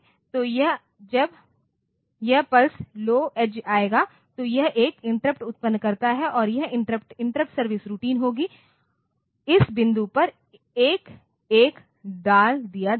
तो यह जब यह पल्स लो एज आएगा तो यह एक इंटरप्ट उत्पन्न करता है और यह इंटरप्ट इंटरप्ट सर्विस रूटीन होगी इस बिंदु पर एक 1 डाल दिया जाएगा